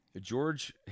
George